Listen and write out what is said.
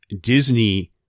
Disney